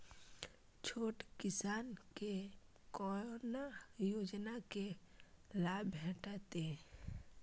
छोट किसान के कोना योजना के लाभ भेटते?